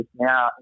now